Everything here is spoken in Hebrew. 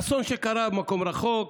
אסון שקרה במקום רחוק,